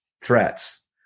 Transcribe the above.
threats